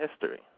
history